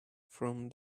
from